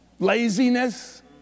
Laziness